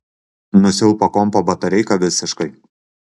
nusilpo kompo batareika visiškai